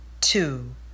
two